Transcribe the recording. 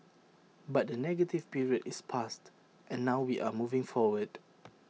but the negative period is past and now we are moving forward